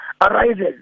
arises